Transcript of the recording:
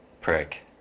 prick